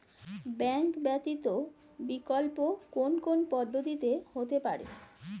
Bank ব্যতীত বিকল্প কোন কোন পদ্ধতিতে হতে পারে?